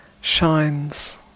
shines